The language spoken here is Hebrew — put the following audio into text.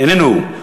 איננו.